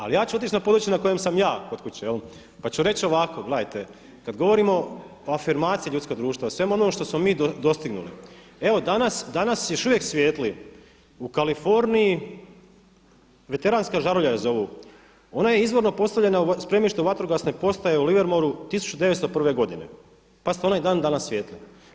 Ali ja ću otići na područje na kojem sam ja kod kuće, pa ću reći ovako, gledajte kada govorimo o afirmaciji ljudskog društva o svemu ovome što smo mi dostignuli, evo danas još uvijek svijetli u Kaliforniji Veteranska žarulja je zovu, ona je izvorno postavljena u spremište u vatrogasne postaje u LIvermoreu 1901. godine, pazite ona i dan danas svijetli.